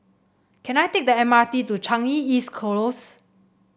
can I take the M R T to Changi East Close